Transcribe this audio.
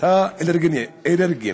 לפעוטות האלרגיים,